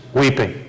weeping